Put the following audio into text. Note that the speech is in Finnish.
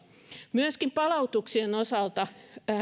myöskin palautuksien osalta